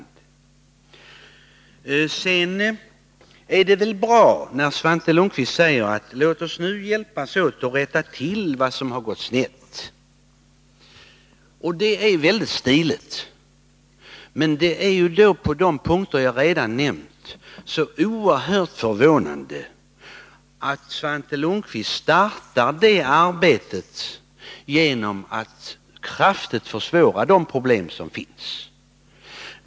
Det är naturligtvis bra att Svante Lundkvist säger att vi skall hjälpas åt att rätta till det som har gått snett. Det är väldigt stiligt. Men det är oerhört förvånande att Svante Lundkvist startar det arbetet med att på de punkter jag nämnt kraftigt förvärra de problem som finns.